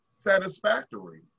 satisfactory